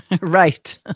right